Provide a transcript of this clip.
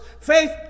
Faith